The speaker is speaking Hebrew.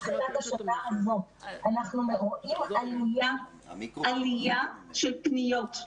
מתחילת השנה הזאת אנחנו רואים עלייה של פניות.